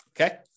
okay